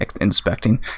inspecting